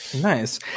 Nice